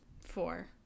Four